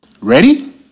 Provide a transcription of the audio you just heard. Ready